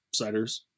ciders